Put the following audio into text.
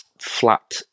flat